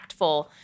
impactful